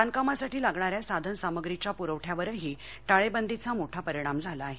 बांधकामासाठी लागणाऱ्या साधन सामग्रीच्या प्रवठ्यावरही टाळेबंदीचा मोठा परिणाम झाला आहे